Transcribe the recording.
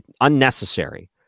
unnecessary